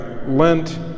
Lent